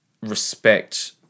respect